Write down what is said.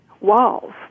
walls